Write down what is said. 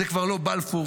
זה כבר לא בלפור,